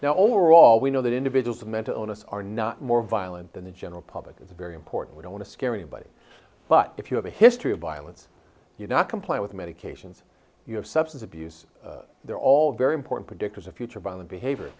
now overall we know that individuals with mental illness are not more violent than the general public is a very important we don't want to scare anybody but if you have a history of violence you're not complying with medications you have substance abuse they're all very important predictors of future violent behavior